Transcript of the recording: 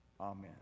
amen